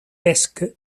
pesca